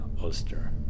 ulster